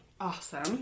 awesome